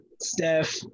Steph